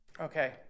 okay